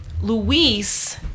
Luis